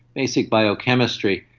basic biochemistry.